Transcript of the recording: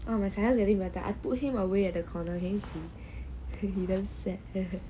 oh my sinus getting better I put him away at a corner can you see he damn sad